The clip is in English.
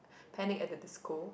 Panic at the Disco